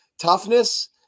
Toughness